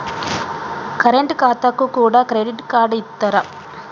Current ఖాతాకు కూడా credit card ఇత్తరా?